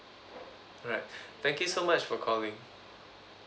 right thank you so much for calling